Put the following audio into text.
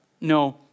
no